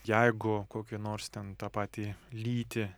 jeigu kokie nors ten tą patį lytį